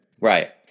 Right